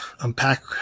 Unpack